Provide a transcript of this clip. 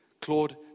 Claude